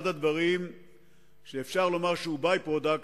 אחד הדברים שאפשר לומר שהוא by-product,